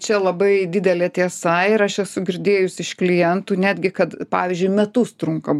čia labai didelė tiesa ir aš esu girdėjus iš klientų netgi kad pavyzdžiui metus trunka